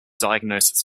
diagnoses